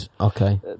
Okay